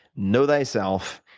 know thyself.